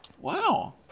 Wow